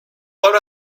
obra